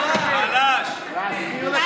בבקשה, אדוני.